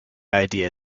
idea